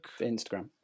Instagram